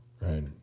Right